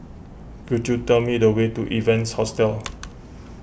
could you tell me the way to Evans Hostel